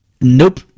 nope